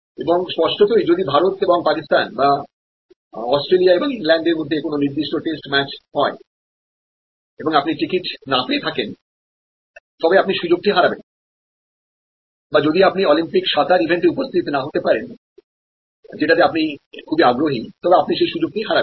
এবং স্পষ্টতই যদি ভারত এবং পাকিস্তান বা অস্ট্রেলিয়া এবং ইংল্যান্ডের মধ্যে একটি নির্দিষ্ট টেস্ট ম্যাচ হয় এবং আপনি টিকিট না পেয়ে থাকেন তবে আপনি সুযোগটি হারাবেন বা যদি আপনি অলিম্পিক সাঁতার ইভেন্টে উপস্থিত নাহতে পারেন যেটাতে আপনি খুবই আগ্রহীতবে আপনি সেই সুযোগটি হারাবেন